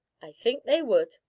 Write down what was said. i think they would,